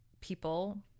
people